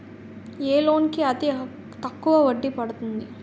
ఏ loan కి అతి తక్కువ వడ్డీ పడుతుంది?